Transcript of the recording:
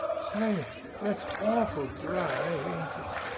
say, it's awful dry, ain't it?